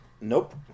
Nope